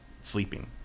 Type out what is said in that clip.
sleeping